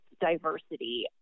diversity